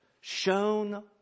shown